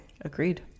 Agreed